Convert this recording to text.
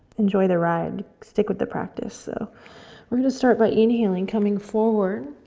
enjoy the ride, stick with the practice, so we're going to start by inhaling, coming forward,